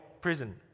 prison